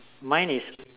mine is